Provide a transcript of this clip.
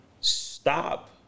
stop